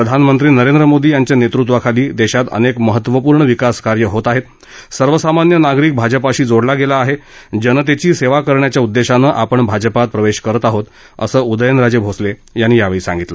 प्रधानमंत्री नरेंद्र मोदी यांच्या नेतृत्वाखाली देशात अनेक महत्त्वपूर्ण विकास कार्य होत आहेत सर्वसामान्य नागरिक भाजपाशी जोडला गेला आहे जनतेची सेवा करण्याच्या उद्देशानं आपण भाजपात प्रवेश करत आहोत असं उदयनराजे भोसले यांनी यावेळी सागितलं